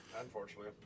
unfortunately